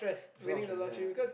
so I